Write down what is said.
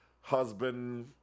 husband